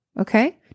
Okay